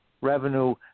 revenue